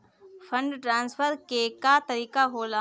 Fund transfer के का तरीका होला?